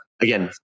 again